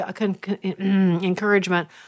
encouragement